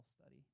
study